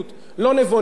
והדבר האחרון,